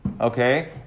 Okay